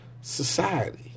society